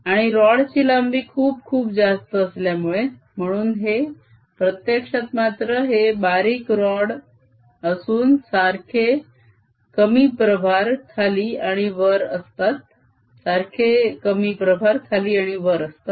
आणि रॉड ची लांबी खूप खूप जास्त असल्यामुळे म्हणून हे प्रत्यक्षात मात्र हे बारीक रॉड असून सारखे कमी प्रभार खाली आणि वर असतात